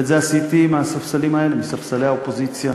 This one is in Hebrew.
ואת זה עשיתי מהספסלים האלה, מספסלי האופוזיציה,